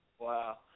Wow